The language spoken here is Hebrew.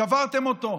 שברתם אותו,